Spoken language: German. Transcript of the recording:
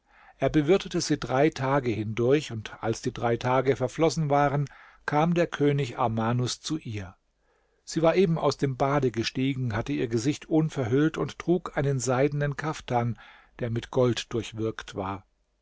er bewirtete sie drei tage hindurch und als die drei tage verflossen waren kam der könig armanus zu ihr sie war eben aus dem bade gestiegen hatte ihr gesicht unverhüllt und trug einen seidenen kaftan der mit gold durchwirkt war